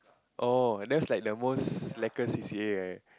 oh that's like the most slackest c_c_a right